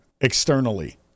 externally